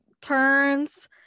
turns